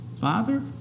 Father